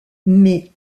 mais